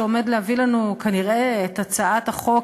שעומד להביא לנו כנראה את הצעת החוק